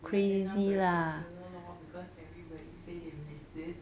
ya then now very popular lor because everybody say they miss it